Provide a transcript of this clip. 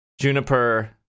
juniper